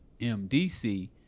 MDC